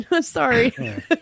sorry